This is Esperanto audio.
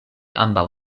ambaŭ